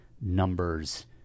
numbers